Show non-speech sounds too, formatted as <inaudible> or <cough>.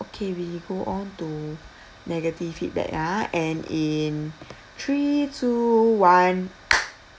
okay we go on to negative feedback ah and in three two one <noise>